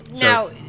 Now –